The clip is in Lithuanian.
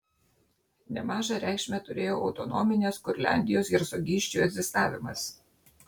nemažą reikšmę turėjo autonominės kurliandijos hercogysčių egzistavimas